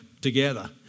together